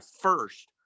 first